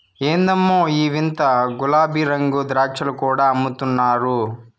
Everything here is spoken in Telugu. ఎందమ్మో ఈ వింత గులాబీరంగు ద్రాక్షలు కూడా అమ్ముతున్నారు